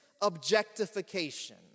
objectification